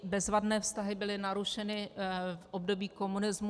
Bezvadné vztahy byly narušeny v období komunismu.